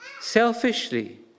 selfishly